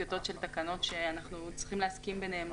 טיוטות של תקנות שאנחנו צריכים להסכים בינינו,